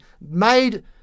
made